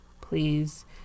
Please